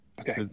Okay